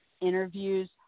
interviews